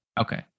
Okay